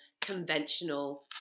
conventional